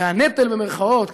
וה"נטל" במירכאות,